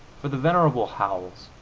for the venerable howells,